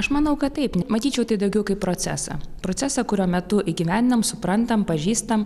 aš manau kad taip matyčiau tai daugiau kaip procesą procesą kurio metu įgyvendinam suprantam pažįstam